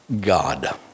God